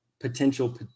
potential